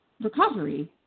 recovery